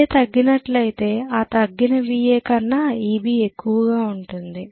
Va తగ్గినట్లయితే ఈ తగ్గిన Va కన్నా Eb ఎక్కువగా ఉంటుంది